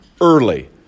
early